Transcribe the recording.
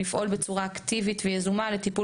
על מנת לפעול בצורה אקטיבית ויזומה לטיפול